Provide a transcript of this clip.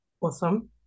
awesome